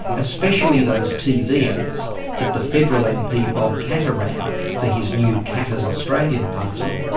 especially those tv ads that the federal mp bob katter ran for his new katter's australian party,